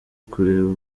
kureba